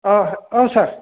औ सार